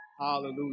Hallelujah